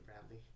Bradley